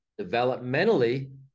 Developmentally